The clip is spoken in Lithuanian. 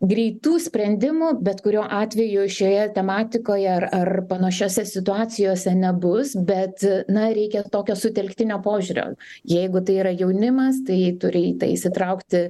greitų sprendimų bet kuriuo atveju šioje tematikoje ar ar panašiose situacijose nebus bet na reikia tokio sutelktinio požiūrio jeigu tai yra jaunimas tai turi į tai įsitraukti